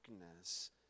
darkness